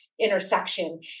intersection